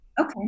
Okay